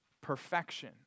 perfection